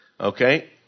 okay